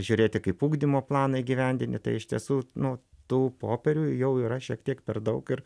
žiūrėti kaip ugdymo planą įgyvendini tai iš tiesų nu tų popierių jau yra šiek tiek per daug ir